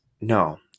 No